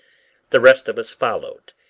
the rest of us followed,